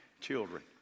children